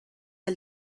der